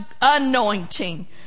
anointing